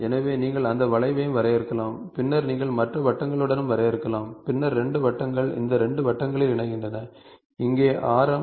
எனவே நீங்கள் அந்த வளைவையும் வரையறுக்கலாம் பின்னர் நீங்கள் மற்ற வட்டங்களுடனும் வரையறுக்கலாம் பின்னர் 2 வட்டங்கள் இந்த 2 வட்டங்களில் இணைகின்றன இங்கே ஆரம்